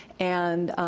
and